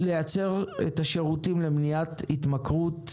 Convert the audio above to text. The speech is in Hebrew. לייצר את השירותים למניעת התמכרות,